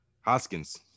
hoskins